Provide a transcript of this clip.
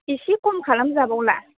इसे खम खालामजाबावला